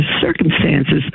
circumstances